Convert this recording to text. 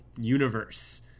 universe